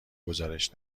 گزارش